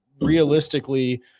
realistically